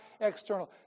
external